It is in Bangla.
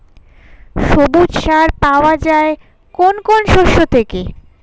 সবুজ সার পাওয়া যায় কোন কোন শস্য থেকে?